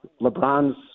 LeBron's